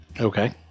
Okay